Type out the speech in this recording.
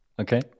Okay